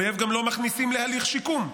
אויב גם לא מכניסים להליך שיקום.